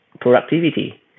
productivity